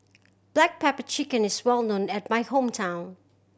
black pepper chicken is well known at my hometown